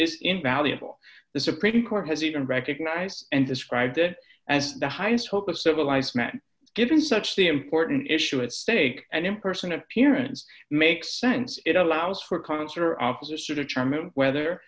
is invaluable the supreme court has even recognized and described it as the highest hope of civilized man given such the important issue at stake and in person appearance makes sense it allows for a consular officer determine whether